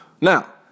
Now